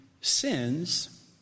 sins